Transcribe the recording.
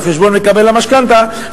על חשבון מקבל המשכנתה,